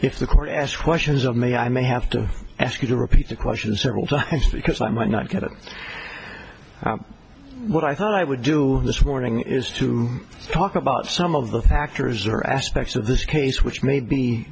if the court asks questions of me i may have to ask you to repeat the question several times because i might not get it what i thought i would do this morning is to talk about some of the factors or aspects of this case which ma